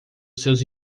seus